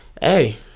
hey